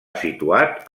situat